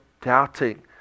doubting